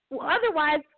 otherwise